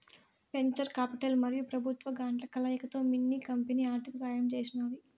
venture capital మరియు పెబుత్వ గ్రాంట్ల కలయికతో మిన్ని కంపెనీ ఆర్థిక సహాయం చేసినాది